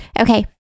Okay